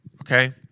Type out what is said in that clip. Okay